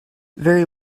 very